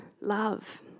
love